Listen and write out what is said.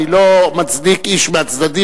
אני לא מצדיק איש מהצדדים,